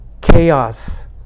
chaos